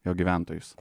jo gyventojus